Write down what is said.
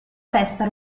festa